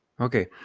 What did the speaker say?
Okay